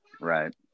right